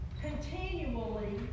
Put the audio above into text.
continually